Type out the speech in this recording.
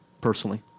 personally